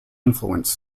influence